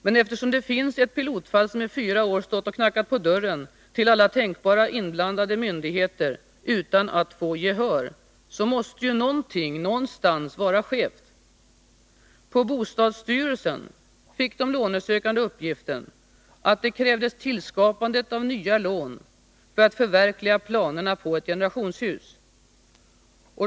Men eftersom det finns ett pilotfall, som i fyra år stått och knackat på dörren till alla tänkbara inblandade myndigheter utan att få gehör, så måste ju någonting någonstans vara skevt. På bostadsstyrelsen fick de lånesökande uppgiften att det krävdes tillskapandet av nya lån för att förverkliga planerna på ett generationshus.